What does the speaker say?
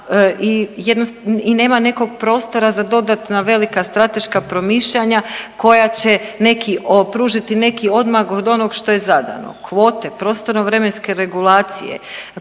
i nema neka prostora za dodatna velika strateška promišljanja koja će neki o, pružiti neki odmak od onog što je zadano. Kvote, prostorno vremenske regulacije,